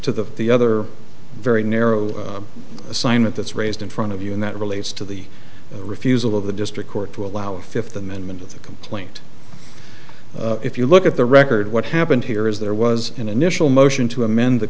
to the the other very narrow assignment that's raised in front of you and that relates to the refusal of the district court to allow a fifth amendment with a complaint if you look at the record what happened here is there was an initial motion to amend the